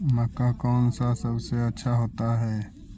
मक्का कौन सा सबसे अच्छा होता है?